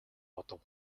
бодов